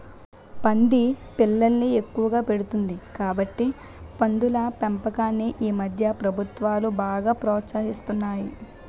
పంది పిల్లల్ని ఎక్కువగా పెడుతుంది కాబట్టి పందుల పెంపకాన్ని ఈమధ్య ప్రభుత్వాలు బాగా ప్రోత్సహిస్తున్నాయి